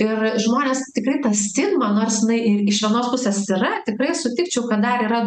ir žmonės tikrai ta stigma nors jinai ir iš vienos pusės yra tikrai sutikčiau kad dar yra